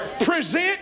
Present